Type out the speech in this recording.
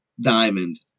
diamond